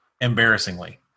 embarrassingly